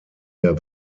der